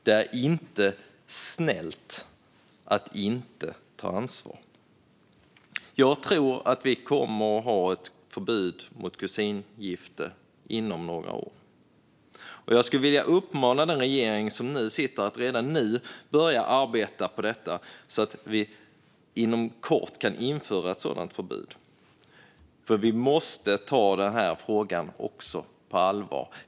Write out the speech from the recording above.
Det är inte snällt att inte ta ansvar. Jag tror att vi inom några år kommer att ha ett förbud mot kusingifte. Jag skulle vilja uppmana den sittande regeringen att redan nu börja arbeta på detta, så att vi inom kort kan införa ett sådant förbud. Vi måste ta den här frågan också på allvar.